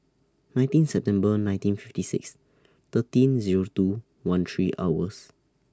nineteen September nineteen fifty six thirteen Zero two one three hours